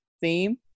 theme